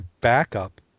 backup